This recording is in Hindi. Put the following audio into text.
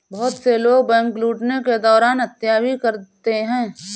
बहुत से लोग बैंक लूटने के दौरान हत्या भी करते हैं